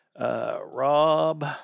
Rob